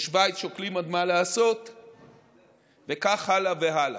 בשווייץ שוקלים עוד מה לעשות וכך הלאה והלאה.